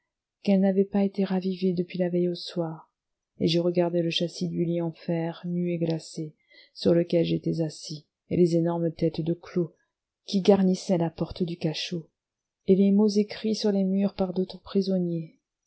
qu'elle n'avait pas été ravivée depuis la veille au soir et je regardai le châssis du lit en fer nu et glacé sur lequel j'étais assis et les énormes têtes de clous qui garnissaient la porte du cachot et les mots écrits sur les murs par d'autres prisonniers